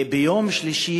ביום שלישי,